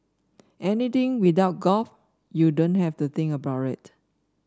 anything without golf you don't have to think about it